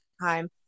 time